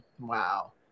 Wow